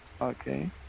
Okay